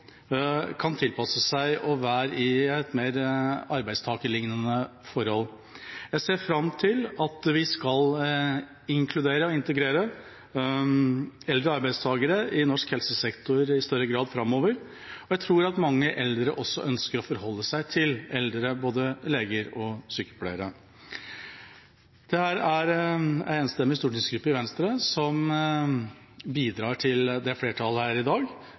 kan tilpasse seg og være i et mer arbeidstakerlignende forhold. Jeg ser fram til at vi skal inkludere og integrere eldre arbeidstakere i norsk helsesektor i større grad framover. Jeg tror at mange eldre også ønsker å forholde seg til eldre både leger og sykepleiere. Det er en enstemmig stortingsgruppe i Venstre som bidrar til det flertallet her i dag,